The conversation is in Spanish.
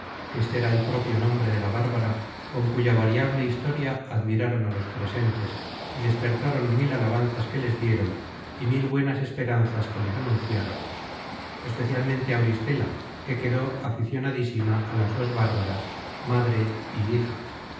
que este era el propio nombre de la bárbara con cuya variable historia admiraron a los presentes y despertaron mil alabanzas que les dieron y mil buenas esperanzas que les anunciaron especialmente auristela que quedó aficionadísima á las dos bárbaras madre y hija